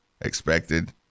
expected